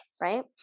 right